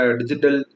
digital